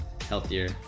healthier